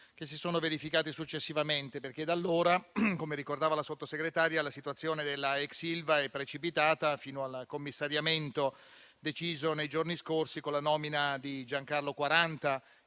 che si sono verificati successivamente. Da allora, infatti, come ricordava la Sottosegretaria, la situazione della ex Ilva è precipitata, fino al commissariamento deciso nei giorni scorsi con la nomina di Giancarlo Quaranta.